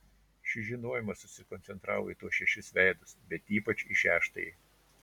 šis žinojimas susikoncentravo į tuos šešis veidus bet ypač į šeštąjį